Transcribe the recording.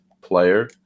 player